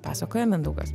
pasakoja mindaugas